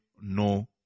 no